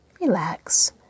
relax